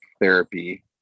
therapy